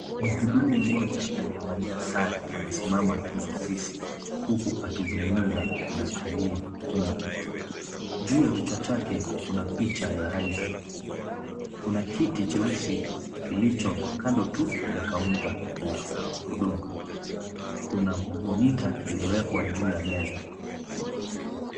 Mhudumu mmoja aliyevalia sare amesimama ndani ya ofisi, huku akizungumza na aliye humo. Juu ya kichwa chake, kuna picha ya rais. Kuna kiti cheusi kilicho kando tu ya kaunta, ya mhudumu. Kuna monita iliyowekwa juu ya meza.